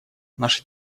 наша